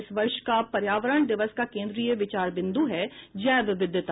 इस वर्ष का पर्यावरण दिवस का केन्द्रीय विचार बिंदू है जैव विविधता